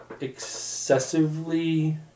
excessively